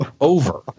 over